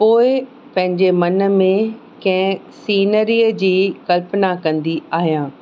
पोइ पंहिंजे मन में कंहिं सीनरीअ जी कल्पना कंदी आहियां